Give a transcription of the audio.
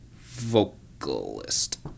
vocalist